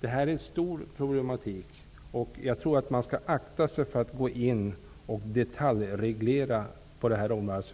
Det här är en stor problematik, och jag tror att man skall akta sig för att gå in i detaljreglering på detta område.